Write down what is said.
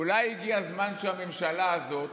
אולי הגיע הזמן שהממשלה הזאת,